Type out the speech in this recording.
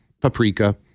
paprika